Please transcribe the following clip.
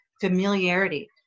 familiarity